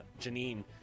Janine